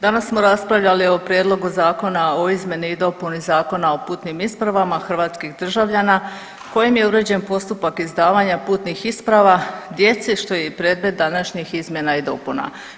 Danas smo raspravljali o Prijedlogu zakona o izmjeni i dopuni Zakona o putnim ispravama hrvatskih državljana kojim je uređen postupak izdavanja putnih isprava djeci što je i predmet današnjih izmjena i dopuna.